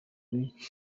week